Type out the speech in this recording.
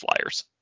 Flyers